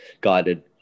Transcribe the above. guided